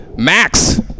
Max